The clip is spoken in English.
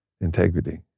Integrity